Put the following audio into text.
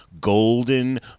golden